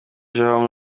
jerome